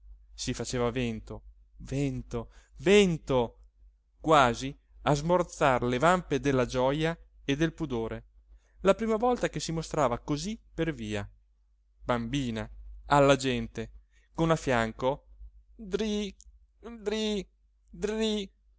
si faceva vento vento vento quasi a smorzar le vampe della gioja e del pudore la prima volta che si mostrava cosí per via bambina alla gente con a fianco dri dri